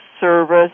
service